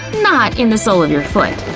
not in the sole of your foot.